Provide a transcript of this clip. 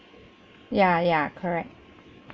ya ya correct